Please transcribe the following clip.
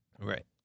right